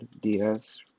DS